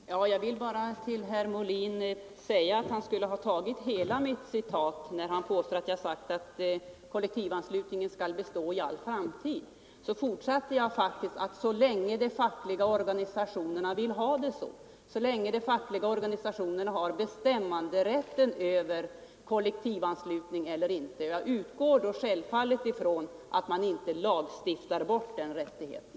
Herr talman! Jag vill bara till herr Molin säga att han borde ha återgett hela citatet när han påstod att jag skulle ha sagt att kollektivanslutningen skall bestå i all framtid. Jag fortsatte faktiskt ”——=- så länge de fackliga organisationerna vill ha det så, så länge de fackliga organisationerna har bestämmanderätten över kollektivanslutning eller inte”. Jag utgår då självfallet ifrån att man inte lagstiftar bort den rättigheten.